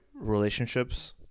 relationships